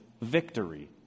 victory